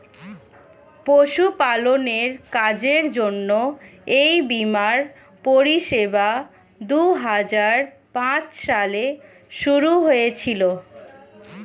পশুপালনের কাজের জন্য এই বীমার পরিষেবা দুহাজার পাঁচ সালে শুরু হয়েছিল